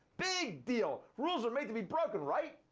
big deal. rules are made to be broken, right?